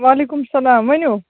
وعلیکُم سلام ؤنِو